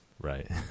Right